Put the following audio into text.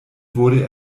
wurde